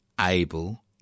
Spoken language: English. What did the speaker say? able